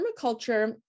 permaculture